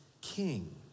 king